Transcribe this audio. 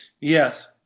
Yes